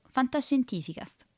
Fantascientificast